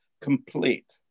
complete